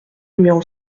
numéro